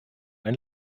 ein